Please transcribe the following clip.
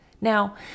Now